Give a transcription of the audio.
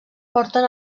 porten